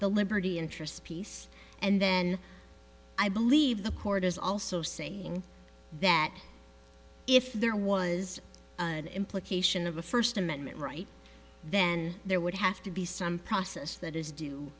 the liberty interest piece and then i believe the court is also saying that if there was a good implication of a first amendment right then there would have to be some process that is due